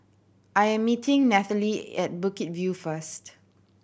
I am meeting Nathalie at Bukit View first